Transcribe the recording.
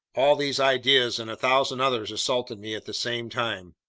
all these ideas and a thousand others assaulted me at the same time.